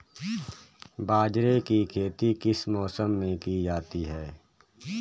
बाजरे की खेती किस मौसम में की जाती है?